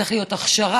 צריכה להיות הכשרה.